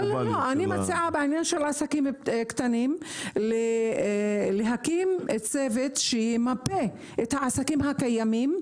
בעניין עסקים קטנים אני מציעה להקים צוות שימפה את העסקים הקיימים,